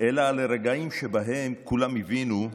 אלא על רגעים שבהם כולם הבינו,